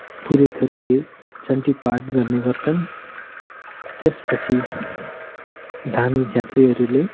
पुरेतहरूले चण्डी पाठ गर्ने गर्छन् त्यसपछि धामी झाँक्रीहरूले